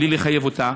בלי לחייב אותה.